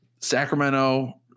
sacramento